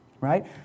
right